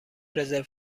رزرو